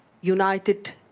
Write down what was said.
united